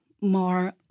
more